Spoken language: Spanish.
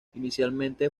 inicialmente